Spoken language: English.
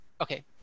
okay